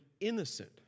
innocent